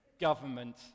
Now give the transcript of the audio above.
government